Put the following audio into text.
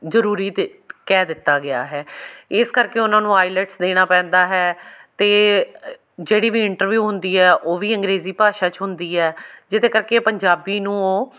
ਜ਼ਰੂਰੀ ਤਾਂ ਕਹਿ ਦਿੱਤਾ ਗਿਆ ਹੈ ਇਸ ਕਰਕੇ ਉਹਨਾਂ ਨੂੰ ਆਈਲੈਟਸ ਦੇਣਾ ਪੈਂਦਾ ਹੈ ਅਤੇ ਜਿਹੜੀ ਵੀ ਇੰਟਰਵਿਊ ਹੁੰਦੀ ਹੈ ਉਹ ਵੀ ਅੰਗਰੇਜ਼ੀ ਭਾਸ਼ਾ 'ਚ ਹੁੰਦੀ ਹੈ ਜਿਹਦੇ ਕਰਕੇ ਪੰਜਾਬੀ ਨੂੰ ਉਹ